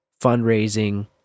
fundraising